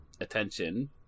Attention